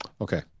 Okay